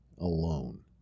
alone